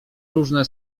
różne